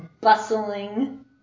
Bustling